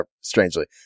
strangely